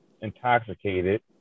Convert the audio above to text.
intoxicated